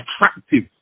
attractive